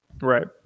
Right